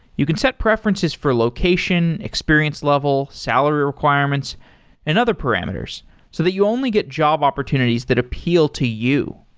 you can set preferences for location, experience level, salary requirements and other parameters so that you only get job opportunities that appeal to you.